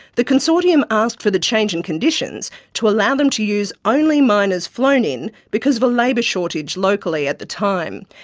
the consortium asked for the change in conditions to allow them to use only miners flown in, because of a labour shortage locally at the time.